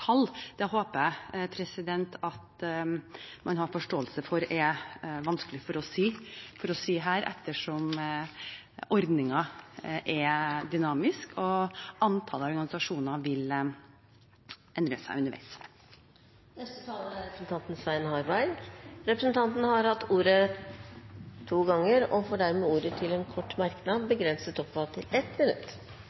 håper jeg at man har forståelse for at det er vanskelig å si her, ettersom ordningen er dynamisk, og antallet organisasjoner vil endre seg underveis. Representanten Svein Harberg har hatt ordet to ganger tidligere i debatten og får ordet til en kort merknad,